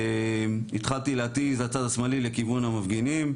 התחלתי להתיז בצד השמאלי לכיוון המפגינים,